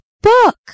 book